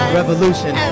revolution